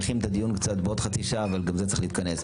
צריך לעשות חשיבה ולשנות את המשוואה ולתת יותר נפח.